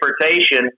transportation